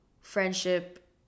friendship